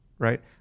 right